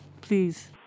please